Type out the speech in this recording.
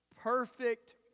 perfect